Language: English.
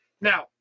now